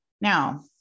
Now